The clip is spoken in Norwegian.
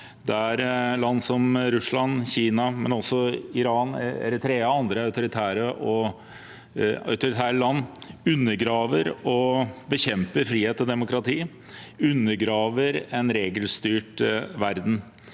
der land som Russland, Kina, Iran, Eritrea og andre autoritære land undergraver og bekjemper frihet og demokrati, undergraver en regelstyrt verden.